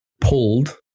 pulled